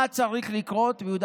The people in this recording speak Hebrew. מה צריך לקרות ביהודה